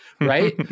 right